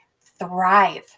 thrive